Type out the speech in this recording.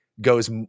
goes